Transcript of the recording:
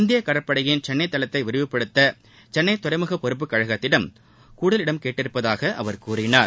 இந்திய கடற்படையின் சென்னை தளத்தை விரிவுப் படுத்த சென்னை துறைமுக பொறுப்பு கழகத்திடம் கூடுதல் இடம் கேட்டிருப்பதாக அவர் கூறினார்